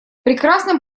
прекрасным